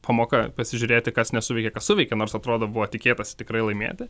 pamoka pasižiūrėti kas nesuveikė kas suveikė nors atrodo buvo tikėtasi tikrai laimėti